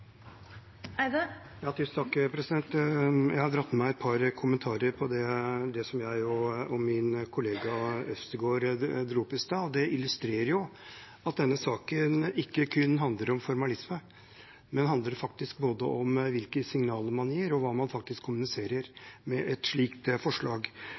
Jeg har et par kommentarer til det som jeg og min kollega Øvstegård tok opp i stad. Det illustrerer at denne saken ikke kun handler om formalisme, men både om hvilke signaler man gir, og hva man faktisk kommuniserer med et slikt forslag.